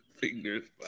Fingers